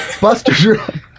Buster